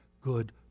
good